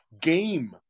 game